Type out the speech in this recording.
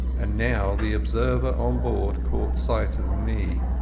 and now the observer on board caught sight of me.